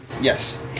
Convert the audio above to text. Yes